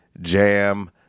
Jam